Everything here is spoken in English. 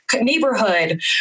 neighborhood